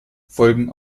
folgen